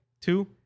two